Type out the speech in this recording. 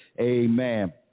Amen